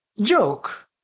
joke